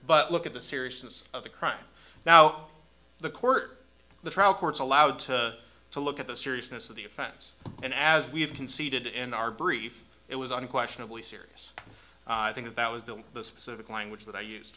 but look at the seriousness of the crime now the court the trial courts allowed to to look at the seriousness of the offense and as we have conceded in our brief it was unquestionably serious thing that that was the specific language that i use